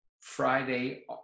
Friday